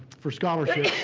for scholarships,